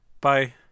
bye